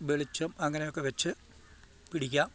വെളിച്ചം അങ്ങനെയൊക്കെ വെച്ച് പിടിക്കാം